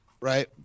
right